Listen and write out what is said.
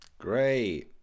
Great